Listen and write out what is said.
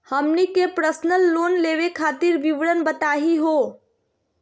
हमनी के personal loan लेवे खातीर विवरण बताही हो?